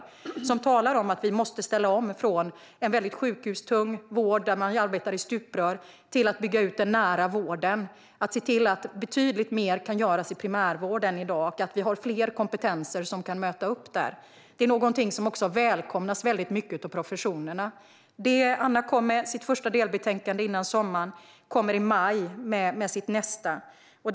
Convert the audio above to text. I den utredningen talades det om att vi måste ställa om från en väldigt sjukhustung vård där man arbetar i stuprör till att bygga ut den nära vården. Man måste se till att betydligt mer kan göras i primärvården i dag och att vi får fler kompetenser som kan möta upp där. Det här är något som välkomnas av professionerna. Anna presenterade sitt första delbetänkande före sommaren och kommer med nästa i maj.